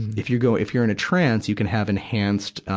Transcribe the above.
if you go, if you're in a trance, you can have enhanced,